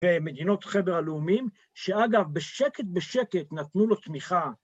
ומדינות חבר הלאומים שאגב בשקט בשקט נתנו לו תמיכה